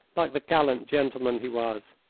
like the gallant gentleman he was.